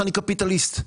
אני קפיטליסט.